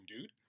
dude